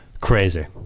crazy